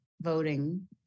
voting